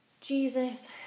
Jesus